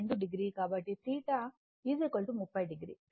కాబట్టి 𝛉 30 క్షమించండి tan 18